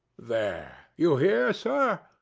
there! you hear, sir!